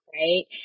right